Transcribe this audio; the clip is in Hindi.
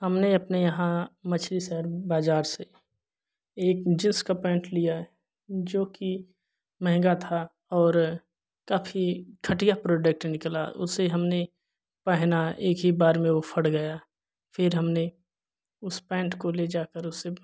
हमने अपने यहाँ मछरी शहर बाज़ार से एक जिस का पैंट लिया जो कि महंगा था और काफी घटिया प्रोडक्ट निकला उसे हमने पहना एक ही बार में वो फट गया फिर हमने उस पैंट को ले जाकर उसे